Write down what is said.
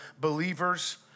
believers